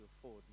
afford